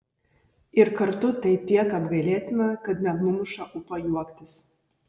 ir kartu tai tiek apgailėtina kad net numuša ūpą juoktis